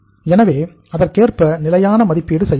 எனவே அதற்கேற்ப நிலையான மதிப்பீடு செய்யலாம்